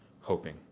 hoping